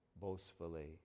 boastfully